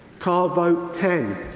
card vote ten,